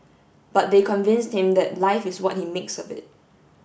but they convinced him that life is what he makes of it